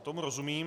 Tomu rozumím.